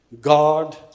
God